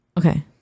Okay